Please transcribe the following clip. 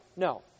No